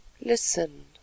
LISTEN